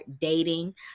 dating